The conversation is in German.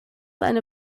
eine